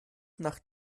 nachdem